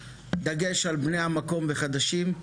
דגש על בני המקום וחדשים.